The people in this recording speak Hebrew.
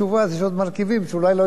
זה השלב הראשון בתשובה שאמרתי.